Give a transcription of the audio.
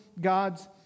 God's